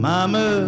Mama